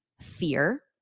fear